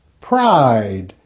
pride